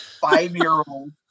five-year-old